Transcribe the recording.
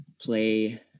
play